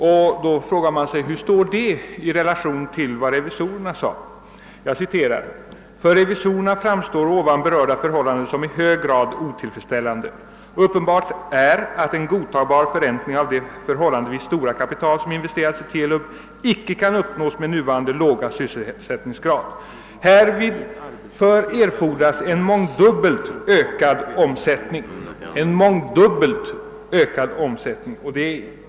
Då kan man fråga sig, hur detta förhållande står i relation till vad revisorerna anförde. Jag citerar: »För revisorerna framstår ovan berörda förhållanden som i hög grad otillfredsställande. Up penbart är att en godtagbar förräntning av det förhållandevis stora kapital som investerats i TELUB icke kan uppnås med nuvarande låga sysselsättningsgrad. Härför erfordras en mångdubbelt ökad omsättning.» En mångdubbelt ökad omsättning var det.